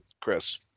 Chris